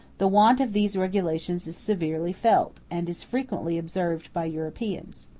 the want of these regulations is severely felt, and is frequently observed by europeans.